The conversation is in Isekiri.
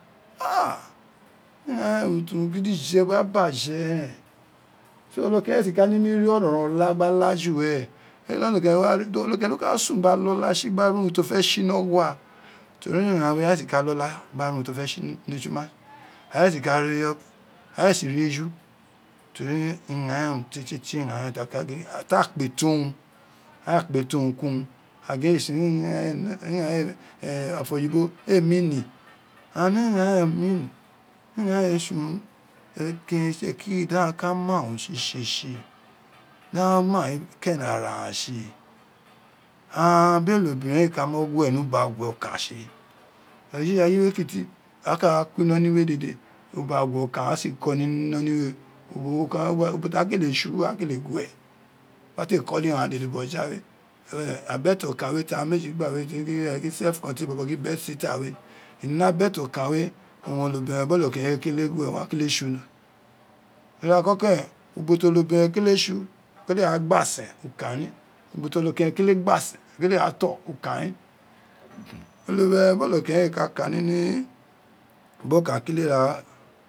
Ha ighan uruu ti urun gidife gba baje ren so olokeren ee si ka mi ni ri orouron oba gba la juwere olokeren do ka so gna lola tsi gba ri urui ti ofe tsi ni ogua teri urua ghan we aghan ee si ka lola gba ri urun ti ofe tsi ni ejuma aghan ee si ka ri o aghan ee si ri eju tori urun ghan ren urun tletie gjan ti a ka gu a ta ka gu ata kpe to urun a kpe to urun agia ee tse ni ofo oyibo ee mean and ighan ren mean i ighan ren re tse run teri ekeren itsekiri do ka ma urun tsite tsi dagha nai kene ara tsi aghan ori onobiren ee ka omo gue ni uba gue okan tsi mi ira yiwe kiti a ka ra ko iloli we dede uba gue okan a si ko ni uoh we wo ka ubo t kele tsu uwere gwe bate koli ghan dede boyawe e abete okan ti aghan meji gba gin selfo contain bobo gin bed sitter we ino abete okan we owun ono biren biri onokeren biri ono keren we kele gwe kele tsu ira koko ren ubo ti olobiren kele tsu biri to gba gbasen ukaririn ubo ti olokeren kele gbasen kele a to ukarin onobirwn bini ono keren ee ka kari ni ubokan kele